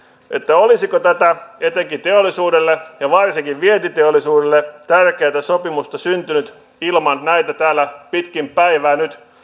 olisiko tätä etenkin teollisuudelle ja varsinkin vientiteollisuudelle tärkeätä sopimusta syntynyt ilman näitä täällä pitkin päivää nyt